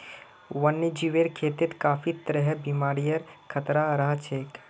वन्यजीवेर खेतत काफी तरहर बीमारिर खतरा रह छेक